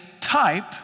type